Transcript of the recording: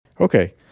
Okay